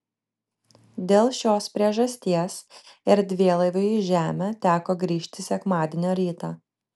dėl šios priežasties erdvėlaiviui į žemę teko grįžti sekmadienio rytą